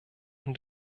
und